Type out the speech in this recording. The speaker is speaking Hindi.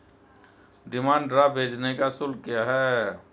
डिमांड ड्राफ्ट भेजने का शुल्क क्या है?